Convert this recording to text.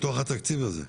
מתוך התקציב הזה?